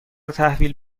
تحویل